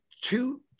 two